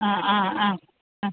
ആ ആ ആ ആ